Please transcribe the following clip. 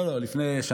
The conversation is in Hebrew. לא, לא, לפני שנה.